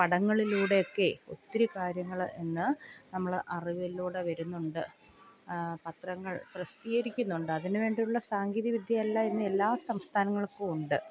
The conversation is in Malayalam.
പടങ്ങളിലൂടെയൊക്കെ ഒത്തിരി കാര്യങ്ങൾ ഇന്ന് നമ്മൾ അറിവിലൂടെ വരുന്നുണ്ട് പത്രങ്ങൾ പ്രസിദ്ധീകരിക്കുന്നുണ്ട് അതിനുവേണ്ടിയുള്ള സാങ്കേതിക വിദ്യയെല്ലാം ഇന്ന് എല്ലാ സംസ്ഥാനങ്ങൾക്കുമുണ്ട്